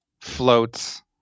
floats